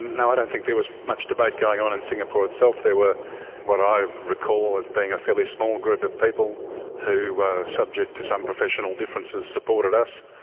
no, i don't think there was much debate going on in singapore itself. there were what i recall as being a fairly small group of people who were subject to some professional differences, supported us.